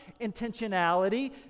intentionality